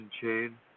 chain